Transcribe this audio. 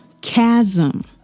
chasm